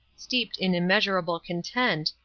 steeped in immeasurable content,